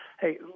hey